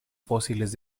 fósiles